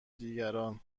دیگران